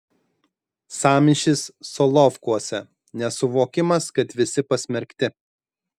sąmyšis solovkuose nesuvokimas kad visi pasmerkti